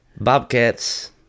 bobcat's